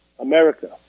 America